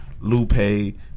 Lupe